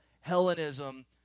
Hellenism